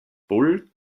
bull